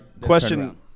question